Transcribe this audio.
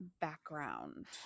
background